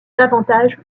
davantage